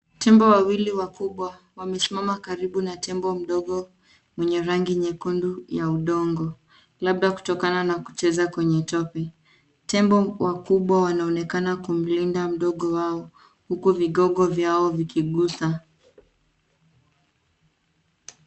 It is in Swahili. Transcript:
Tembo wawili wakubwa wamesimama karibu na tembo mdogo mwenye rangi nyekundu ya udongo labda kutokana na kucheza kwenye tope. Tembo wakubwa wanaonekana kumlinda mdogo wao huku vigogo vya vikigusa.